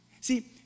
See